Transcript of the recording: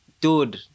Dude